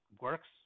works